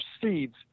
proceeds